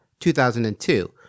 2002